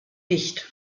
licht